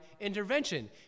intervention